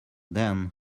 then